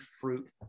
fruit